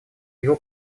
его